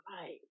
right